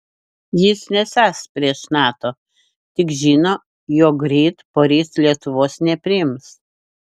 jis nesąs prieš nato tik žino jog ryt poryt lietuvos nepriims